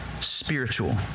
spiritual